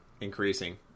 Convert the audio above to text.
increasing